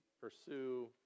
pursue